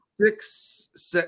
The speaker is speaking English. Six